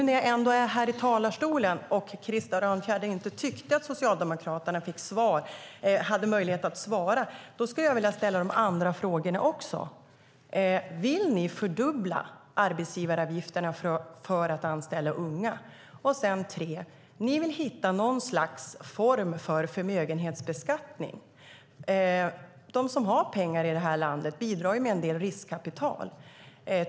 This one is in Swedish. När jag nu ändå står här i talarstolen, och Krister Örnfjäder inte tyckte att Socialdemokraterna hade möjlighet att svara, skulle jag också vilja ställa de andra frågorna. Vill ni fördubbla arbetsgivaravgifterna för att anställa unga? Ni vill hitta något slags form för förmögenhetsbeskattning. De som har pengar i det här landet bidrar ju med en del riskkapital.